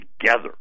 together